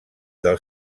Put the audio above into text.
del